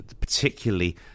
particularly